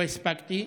לא הספקתי,